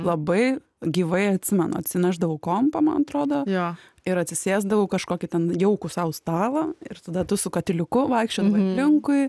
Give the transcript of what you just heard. labai gyvai atsimenu atsinešdavau kompą man atrodo jo ir atsisėsdavau kažkokį ten jaukų sau stalą ir tada tu su katiliuku vaikščiodavai aplinkui